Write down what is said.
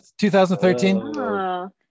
2013